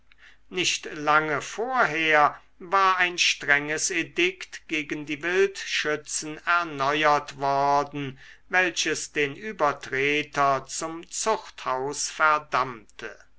nicht lange vorher war ein strenges edikt gegen die wildschützen erneuert worden welches den übertreter zum zuchthaus verdammte